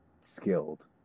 skilled